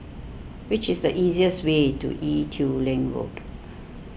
what is the easiest way to Ee Teow Leng Road